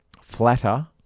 flatter